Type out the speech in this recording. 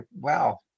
wow